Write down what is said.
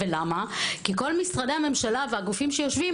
ולמה כי כל משרדי הממשלה והגופים שיושבים